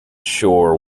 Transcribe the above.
sure